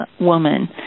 woman